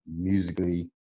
musically